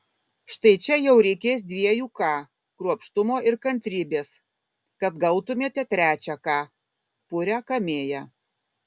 štai čia jau reikės dviejų k kruopštumo ir kantrybės kad gautumėte trečią k purią kamėją